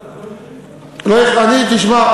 תשמע,